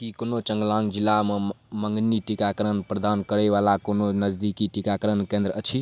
कीचांगलांग जिला मे मँगनी टीका करण प्रदान करय बला कोनो नजदीकी टीकाकरण केन्द्र अछि